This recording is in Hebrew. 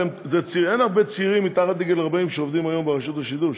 אין הרבה צעירים מתחת לגיל 40 שעובדים היום ברשות השידור,